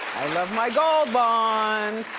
i love my gold bond.